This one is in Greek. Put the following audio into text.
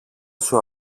σου